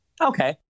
Okay